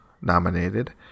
nominated